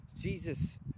Jesus